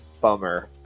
bummer